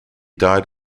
died